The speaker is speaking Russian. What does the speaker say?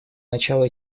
начало